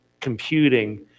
computing